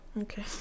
okay